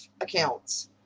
accounts